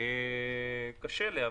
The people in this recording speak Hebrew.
קשה לי.